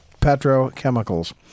petrochemicals